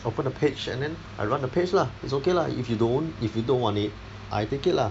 open a page and then I run the page lah it's okay lah if you don't if you don't want it I take it lah